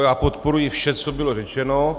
Já podporuji vše, co bylo řečeno.